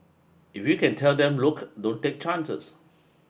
if you can tell them look don't take chances